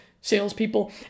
salespeople